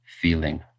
feeling